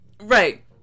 Right